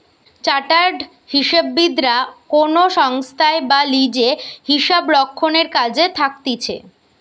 chartered হিসাববিদরা কোনো সংস্থায় বা লিজে হিসাবরক্ষণের কাজে থাকতিছে